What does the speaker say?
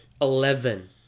Eleven